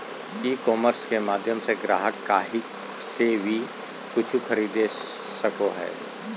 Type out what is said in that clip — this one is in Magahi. ई कॉमर्स के माध्यम से ग्राहक काही से वी कूचु खरीदे सको हइ